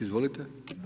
Izvolite.